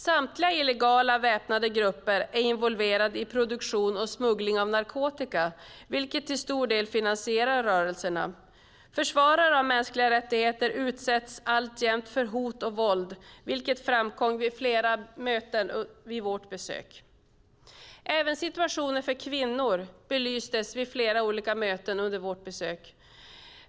Samtliga illegala väpnade grupper är involverade i produktion och smuggling av narkotika, vilket till stor del finansierar rörelserna. Försvarare av mänskliga rättigheter utsätts alltjämt för hot och våld, vilket framkom vid flera möten under vårt besök. Även situationen för kvinnor belystes vid flera olika möten under vårt besök.